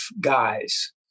guys